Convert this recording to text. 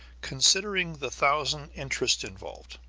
considering the thousand interests involved.